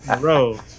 Bro